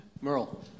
Merle